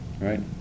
right